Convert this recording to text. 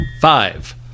Five